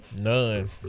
None